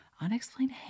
Unexplained